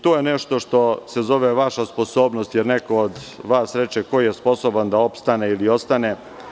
To je nešto što se zove vaša sposobnost, jer neko od vas reče da ko je sposoban da opstane ili ostane.